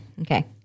okay